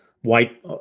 white